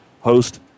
host